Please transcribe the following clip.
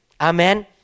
Amen